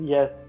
Yes